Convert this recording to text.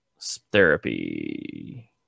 therapy